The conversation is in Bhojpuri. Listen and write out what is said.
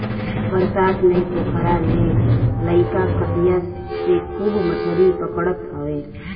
बरसात में पोखरा में लईका कटिया से खूब मछरी पकड़त हवे